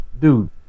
dude